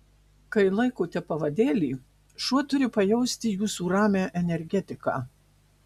kai laikote pavadėlį šuo turi pajausti jūsų ramią energetiką